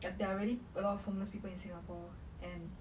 there are really a lot of homeless people in singapore and